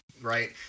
right